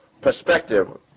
perspective